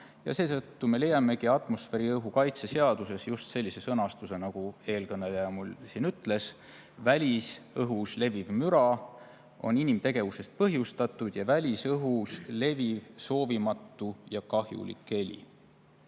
Seetõttu me leiamegi atmosfääriõhu kaitse seadusest just sellise sõnastuse, nagu eelkõneleja siin ütles: "Välisõhus leviv müra […] on inimtegevusest põhjustatud ja välisõhus leviv soovimatu ja kahjulik heli,